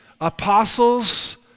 Apostles